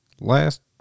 last